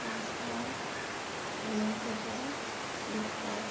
পাঁচ লাখ ঊনৈছ হাজাৰ দুশ